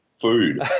Food